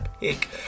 pick